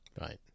Right